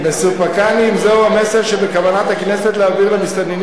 מסופקני אם זהו המסר שבכוונת הכנסת להעביר למסתננים